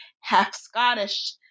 half-Scottish